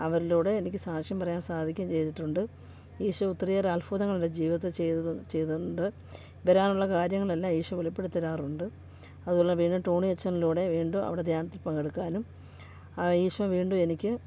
അവരിലൂടെ എനിക്ക് സാക്ഷ്യം പറയാൻ സാധിക്കേം ചെയ്തിട്ടുണ്ട് ഈശോ ഒത്തിരിയേറെ അത്ഭുതങ്ങൾ എൻ്റെ ജീവിതത്തിൽ ചെയ്തത് ചെയ്തിട്ടുണ്ട് വരാനുള്ള കാര്യങ്ങളെല്ലാം ഈശോ വെളിപ്പെടുത്തി തരാറുണ്ട് അതുപോലെ വീണ്ടും ട്രോണി അച്ഛനിലൂടെ വീണ്ടും അവിടെ ധ്യാനത്തിൽ പങ്കെടുക്കാനും ഈശോ വീണ്ടും എനിക്ക്